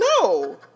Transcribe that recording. No